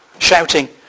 shouting